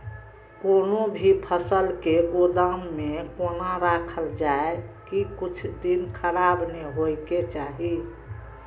कोनो भी फसल के गोदाम में कोना राखल जाय की कुछ दिन खराब ने होय के चाही?